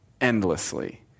endlessly